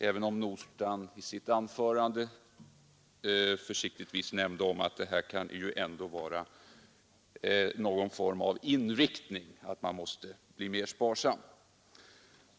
Herr Nordstrandh nämnde nu försiktigtvis i sitt anförande att detta kan vara någon form av inriktning, att man måste bli mer sparsam.